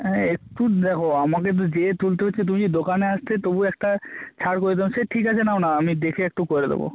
হ্যাঁ একটু দেখো আমাকে তো গিয়ে তুলতে হচ্ছে তুমি যদি দোকানে আসতে তবু একটা ছাড় করে দিতাম সে ঠিক আছে নাও না আমি দেখে একটু করে দেবো